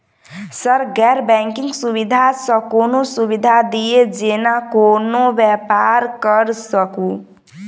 Sir गैर banking सुविधा सँ कोनों सुविधा दिए जेना कोनो व्यापार करऽ सकु?